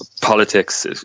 politics